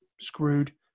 screwed